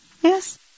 Yes